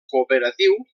cooperatiu